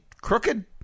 crooked